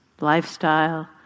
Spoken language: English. lifestyle